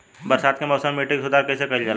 बरसात के मौसम में मिट्टी के सुधार कईसे कईल जाई?